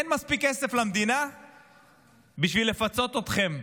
אין מספיק כסף למדינה בשביל לפצות אתכם,